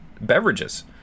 beverages